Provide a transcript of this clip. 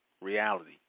reality